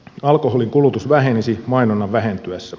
alkoholin kulutus vähenisi mainonnan vähentyessä